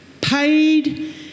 paid